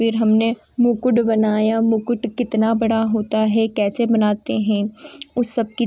फिर हमने मुकुट बनाया मुकुट कितना बड़ा होता है कैसे बनाते हैं उस सब की